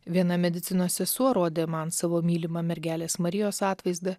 viena medicinos sesuo rodė man savo mylimą mergelės marijos atvaizdą